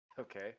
Okay